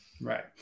right